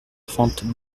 trente